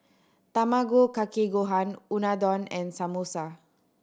Tamago Kake Gohan Unadon and Samosa